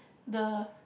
the